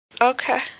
Okay